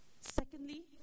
Secondly